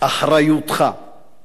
אבל כולנו יודעים הרי שזה קשקוש-בלבוש.